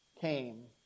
came